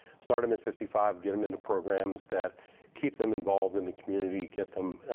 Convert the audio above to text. start them at fifty five. get them into programs that keep them involved in the community. get them,